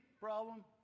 problem